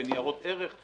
בניירות ערך,